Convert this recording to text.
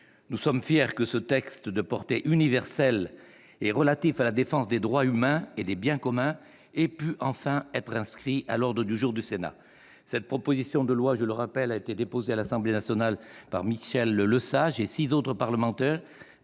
Nous sommes fiers que ce texte, de portée universelle et relatif à la défense des droits humains et des biens communs, ait pu enfin être inscrit à l'ordre du jour du Sénat. Je le rappelle, cette proposition de loi a été déposée à l'Assemblée nationale par Michel Lesage et six autres députés